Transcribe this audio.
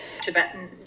Tibetan